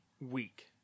week